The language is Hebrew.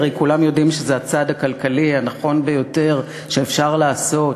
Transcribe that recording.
הרי כולם יודעים שזה הצעד הכלכלי הנכון ביותר שאפשר לעשות,